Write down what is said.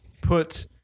put